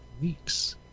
weeks